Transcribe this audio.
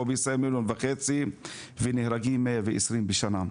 פה בישראל מיליון וחצי ונהרגים 120 בשנה.